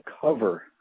cover